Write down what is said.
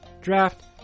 draft